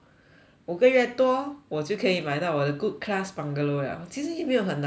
五个月多我就可以买到我的 good class bungalow liao 其实也没有很难吗对不对